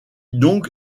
donc